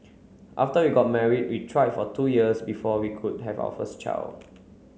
after we got married we tried for two years before we could have our first child